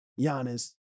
Giannis